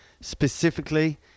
specifically